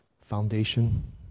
foundation